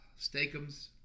steakums